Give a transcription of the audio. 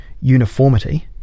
uniformity